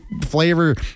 flavor